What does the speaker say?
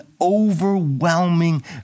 overwhelming